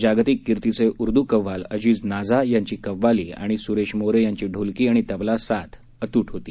जागतिक कीर्तीचे उर्दू कव्वाल अजीज नाजा यांची कव्वाली आणि सुरेश मोरे यांची ढोलकी आणि तबला साथ अतूट होती